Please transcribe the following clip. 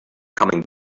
coming